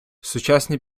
сучасні